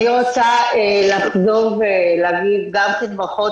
אני רוצה לחזור ולהגיד גם כן ברכות,